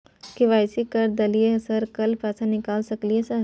KYC कर दलियै sir कल पैसा निकाल सकलियै सर?